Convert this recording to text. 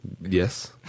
Yes